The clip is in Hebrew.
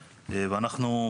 נשארה עם 2 קווי ייצור.